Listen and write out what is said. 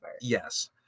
Yes